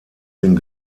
den